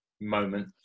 moment